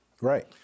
Right